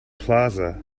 plaza